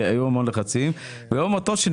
פי.אם.די לזכר רעיה ויאיר זבולונוב בע"מ מאושר לשנה